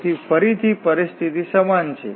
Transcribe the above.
તેથી ફરીથી પરિસ્થિતિ સમાન છે